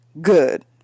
Good